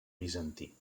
bizantí